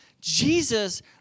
Jesus